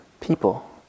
people